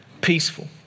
peaceful